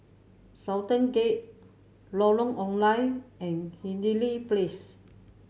Sultan Gate Lorong Ong Lye and Hindhede Place